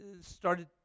started